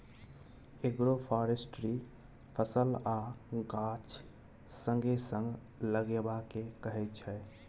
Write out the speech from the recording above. agroforestry फसल आ गाछ संगे संग लगेबा केँ कहय छै